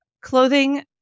Clothing